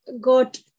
got